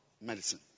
medicine